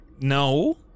No